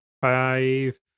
five